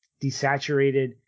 desaturated